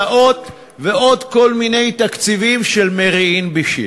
הסעות, ועוד כל מיני תקציבים של מרעין בישין.